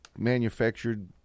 manufactured